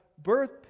birth